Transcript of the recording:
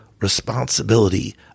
responsibility